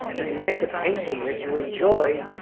if you make a painting, that you enjoy,